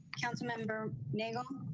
councilmember nagel